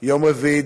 יום רביעי,